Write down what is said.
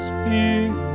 Speak